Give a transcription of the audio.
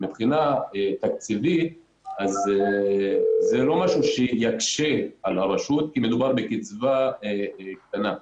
מבחינה תקציבית זה לא משהו שיקשה על הרשות כי מדובר בקצבה קטנה.